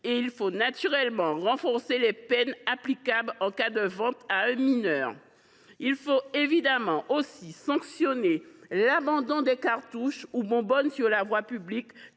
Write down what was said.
et il faut naturellement rendre plus dissuasives les peines applicables en cas de vente à un mineur. Il convient évidemment aussi de sanctionner l’abandon des cartouches ou bonbonnes sur la voie publique,